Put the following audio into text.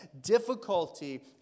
Difficulty